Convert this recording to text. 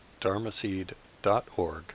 dharmaseed.org